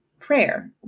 prayer